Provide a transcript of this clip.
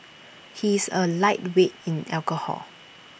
he is A lightweight in alcohol